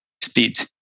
speed